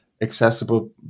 accessible